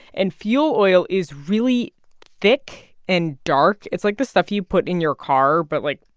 and fuel oil is really thick and dark. it's like the stuff you put in your car but, like,